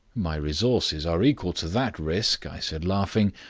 my resources are equal to that risk, i said, laughing.